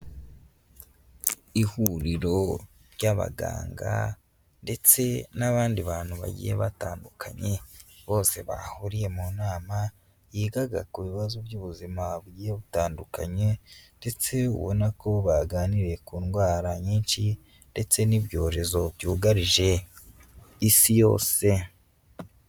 Ihuriro ry'abaganga ndetse n'abandi bantu bagiye batandukanye bose bahuriye mu nama yigaga ku bibazo by'ubuzima bugiye butandukanye ndetse ubona ko baganiriye ku ndwara nyinshi ndetse n'ibyorezo byugarije isi yose.